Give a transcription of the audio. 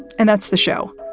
and that's the show,